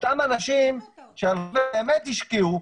אותם אנשים שבאמת השקיעו,